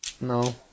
No